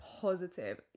positive